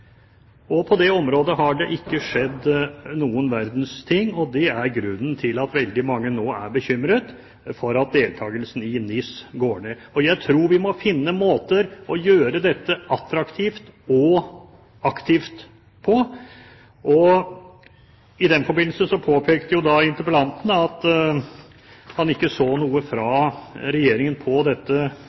På det området har det ikke skjedd noen verdens ting. Det er grunnen til at veldig mange nå er bekymret for at deltakelsen i NIS går ned. Jeg tror vi må finne måter å gjøre dette attraktivt og aktivt på. I den forbindelse påpekte interpellanten at han ikke kunne se at Regjeringen hadde noen saker på dette